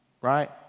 Right